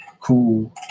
cool